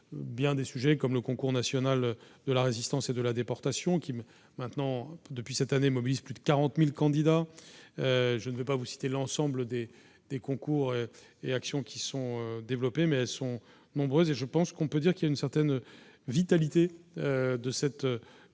bien des sujets comme le concours national de la Résistance et de la déportation qui me maintenant depuis cette année mobilise plus de 40000 candidats, je ne vais pas vous citer l'ensemble des des concours et actions qui sont développés, mais elles sont nombreuses, et je pense qu'on peut dire qu'il y a une certaine vitalité de cette politique